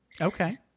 Okay